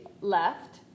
left